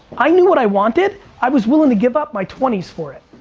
i knew what i wanted. i was willing to give up my twenty s for it.